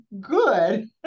good